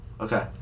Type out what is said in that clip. Okay